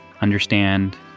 understand